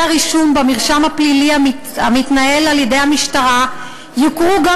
הרישום במרשם הפלילי המתנהל על-ידי המשטרה יוכרו גם